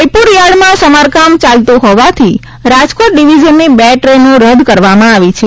જયપુર યાર્ડમાં સમારકામ ચાલતું હોવાથી રાજકોટ ડીવિઝનની બે ટ્રોન રદ કરવામાં આવી છે